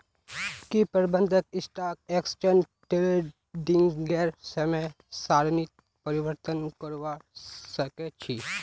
की प्रबंधक stock exchange ट्रेडिंगेर समय सारणीत परिवर्तन करवा सके छी